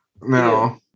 No